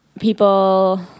people